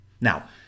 now